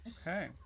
okay